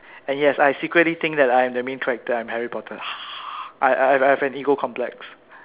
and yes I secretly think that I am the main character I am Harry-Potter I I have an ego complex